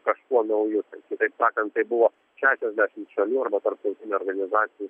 kažkuo nauju kitaip sakant tai buvo šešiasdešimt šalių arba tarptautinių organizacijų